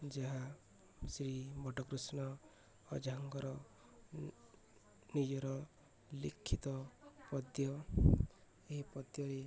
ଯାହା ଶ୍ରୀ ବଟକୃଷ୍ଣ ଅଜାଙ୍କର ନିଜର ଲିଖିତ ପଦ୍ୟ ଏହି ପଦ୍ୟରେ